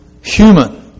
human